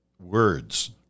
Words